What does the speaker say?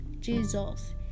jesus